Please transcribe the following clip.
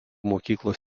mokyklos